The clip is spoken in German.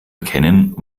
erkennen